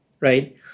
right